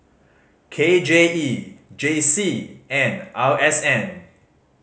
K J E J C and R S N